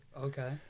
Okay